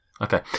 Okay